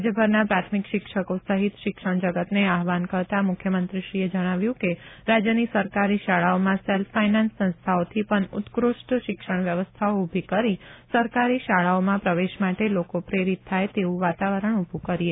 રાજ્યભરના પ્રાથમિક શિક્ષકો સહિત શિક્ષણ જગતને આહવાન કરતાં મુખ્યમંત્રી શ્રી એ જણાવ્યું કે રાજ્યની સરકારી શાળાઓમાં સેલ્ફ ફાયનાન્સ સંસ્થાઓથી પણ ઉત્કૃષ્ટ શિક્ષણ વ્યવસ્થાઓ ઊભી કરી સરકારી શાળાઓમાં પ્રવેશ માટે લોકો પ્રેરિત થાય તેવું વાતાવરણ ઊભું કરીએ